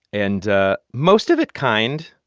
and ah most of it kind,